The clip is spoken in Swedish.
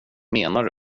menar